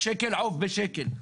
שקל עוף בשקל.